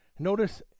Notice